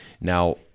Now